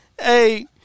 hey